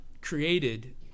created